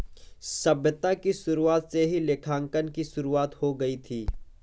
सभ्यता की शुरुआत से ही लेखांकन की शुरुआत हो गई थी